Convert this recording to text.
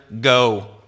go